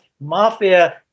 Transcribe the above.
mafia